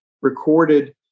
recorded